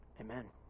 Amen